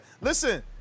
listen